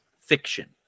fiction